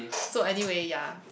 so anyway ya